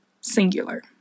singular